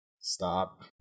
Stop